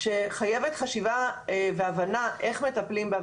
שחייבת חשיבה והבנה איך מטפלים בה,